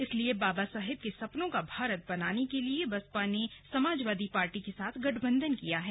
इसलिए बाबा साहेब के सपनों का भारत बनाने के लिए ही बसपा ने समाजवादी पार्टी के साथ गठबंधन किया है